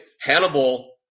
Hannibal